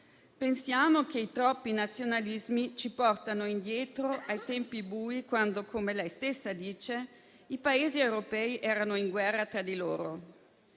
Pensiamo che i troppi nazionalismi ci portino indietro ai tempi bui, quando, come lei stessa dice, i Paesi europei erano in guerra tra di loro.